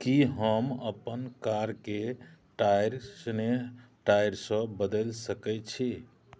की हम अपन कारके टायर स्नेह टायरसँ बदलि सकै छी